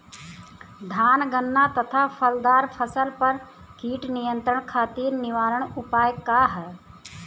धान गन्ना तथा फलदार फसल पर कीट नियंत्रण खातीर निवारण उपाय का ह?